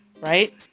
right